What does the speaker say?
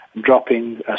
dropping